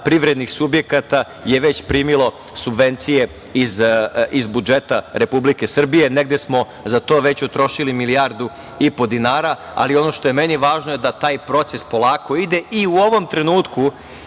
privrednih subjekata je već primilo subvencije iz budžeta Republike Srbije. Negde smo za to već utrošili milijardu i po dinara, ali ono što je meni važno je da taj proces polako ide.U ovom trenutku